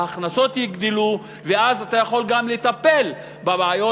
ההכנסות יגדלו ואז אתה יכול גם לטפל בבעיות